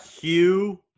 Hugh